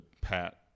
Pat